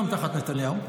גם תחת נתניהו,